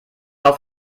auf